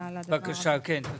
בבקשה כן תציגי.